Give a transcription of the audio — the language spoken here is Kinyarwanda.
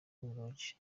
lodge